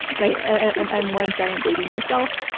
i'm i'm one giant baby myself.